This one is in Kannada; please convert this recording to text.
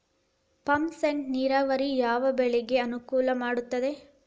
ಪಂಪ್ ಸೆಟ್ ನೇರಾವರಿ ಯಾವ್ ಬೆಳೆಗೆ ಅನುಕೂಲ ಮಾಡುತ್ತದೆ?